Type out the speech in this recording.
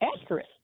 accurate